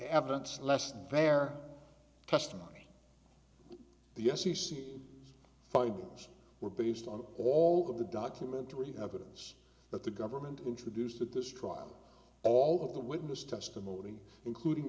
evidence less than their testimony the s e c findings were based on all of the documentary evidence that the government introduced at this trial all of the witness testimony including